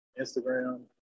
Instagram